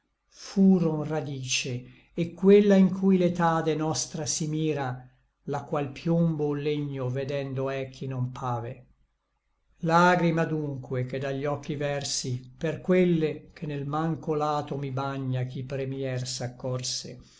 furon radice et quella in cui l'etade nostra si mira la qual piombo o legno vedendo è chi non pave lagrima dunque che da gli occhi versi per quelle che nel mancho lato mi bagna chi primier s'accorse